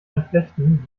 entflechten